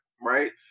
right